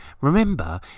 Remember